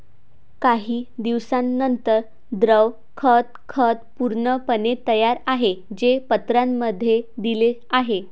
काही दिवसांनंतर, द्रव खत खत पूर्णपणे तयार आहे, जे पत्रांमध्ये दिले आहे